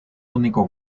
único